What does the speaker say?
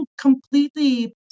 completely